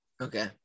okay